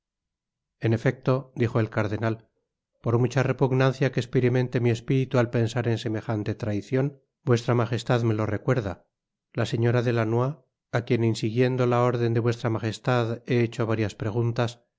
en efecto dijo el cardenal por mucha repugnancia que esperimente mi espíritu al pensar en semejante traicion v m me lo recuerda la señora de lannoy á quien insiguiendo la orden de v m he hecho varias preguntas